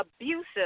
abusive